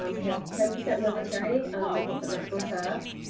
um we have ten percent military and hoping that goes up.